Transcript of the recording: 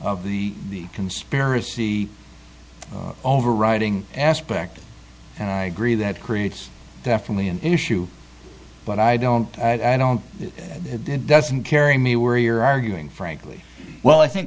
of the conspiracy overriding aspect and i agree that creates definitely an issue but i don't i don't it doesn't carry me where you're arguing frankly well i think